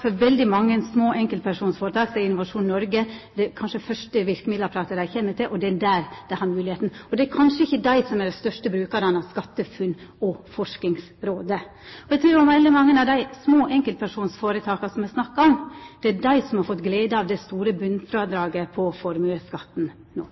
for veldig mange små enkeltpersonføretak i Noreg er Innovasjon Noreg kanskje det første verkemiddelapparatet dei kjem til, og det er der dei har moglegheiter. Det er kanskje ikkje dei som er dei største brukarane av SkatteFUNN og Forskingsrådet. Eg trur veldig mange av dei små enkeltpersonføretaka som me snakkar om, er dei som no har fått glede av det store botnfrådraget på